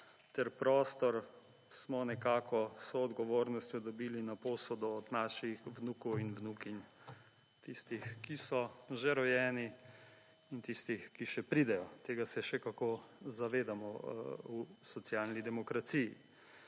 ter prostor smo nekako s soodgovornostjo dobili na posodo od naših vnukov in vnukinj, tistih, ki so že rojeni in tistih, ki še pridejo. Tega se še kako zavedamo v socialni demokraciji.